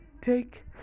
take